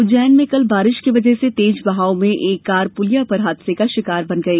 उज्जैन में कल बारिश की बजह से तेज बहाव में एक कार पुलिया पर हादसे का शिकार बन गई